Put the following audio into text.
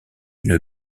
une